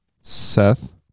Seth